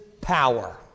power